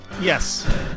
Yes